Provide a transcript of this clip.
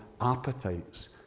appetites